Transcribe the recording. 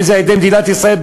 אם זה על-ידי מדינת ישראל,